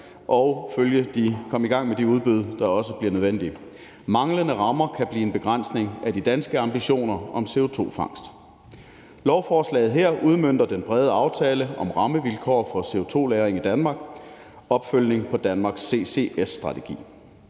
og komme i gang med de udbud, der også bliver nødvendige. Manglende rammer kan blive en begrænsning af de danske ambitioner om CO2-fangst. Lovforslaget her udmønter den brede aftale om »Rammevilkår for CO2-lagring i Danmark – Opfølgning på Danmarks CCS-strategi«.